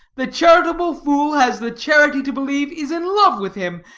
the charitable fool has the charity to believe is in love with him,